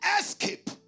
escape